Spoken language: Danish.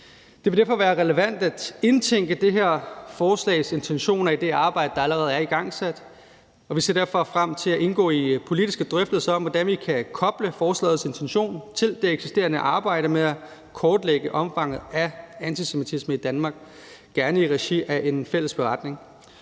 Det vil derfor være relevant at indtænke det her forslags intentioner i det arbejde, der allerede er igangsat, og vi ser derfor frem til at indgå i politiske drøftelser om, hvordan vi kan koble forslagets intention til det eksisterende arbejde med at kortlægge omfanget af antisemitisme i Danmark, gerne i regi af en fælles beretning.